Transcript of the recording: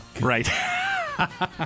Right